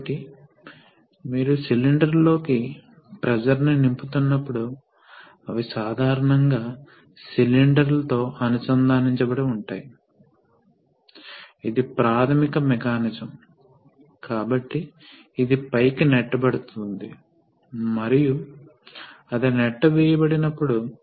కాబట్టి ప్రెషర్ పెరుగుతుంది ఇప్పుడు మీకు రెండు రిలీఫ్ వాల్వ్స్ ఉన్నాయి ఇది ఒక రిలీఫ్ వాల్వ్స్ మరియు ఇది మరొక రిలీఫ్ వాల్వ్స్